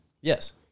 Yes